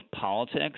politics